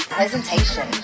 presentation